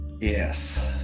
yes